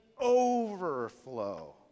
overflow